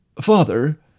Father